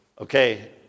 okay